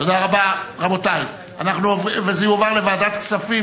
זה יועבר לוועדת כספים